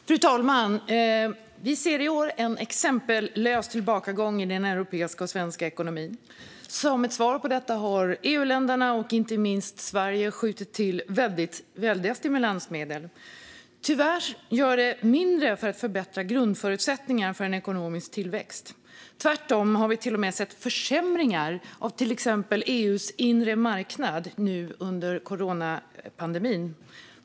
Fru talman! Vi ser i år en exempellös tillbakagång i den europeiska och svenska ekonomin. Som svar på detta har EU-länderna och inte minst Sverige skjutit till väldigt mycket stimulansmedel. Tyvärr görs det mindre för att förbättra grundförutsättningarna för ekonomisk tillväxt; tvärtom har vi till och med sett försämringar av till exempel EU:s inre marknad under coronapandemin.